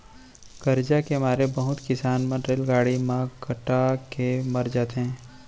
करजा के मारे बहुत किसान मन रेलगाड़ी म कटा के मर जाथें